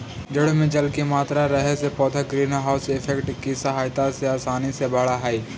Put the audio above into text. जड़ों में जल की मात्रा रहे से पौधे ग्रीन हाउस इफेक्ट की सहायता से आसानी से बढ़त हइ